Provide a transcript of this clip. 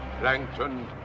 plankton